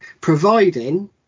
providing